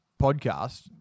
podcast